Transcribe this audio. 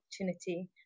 opportunity